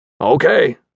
Okay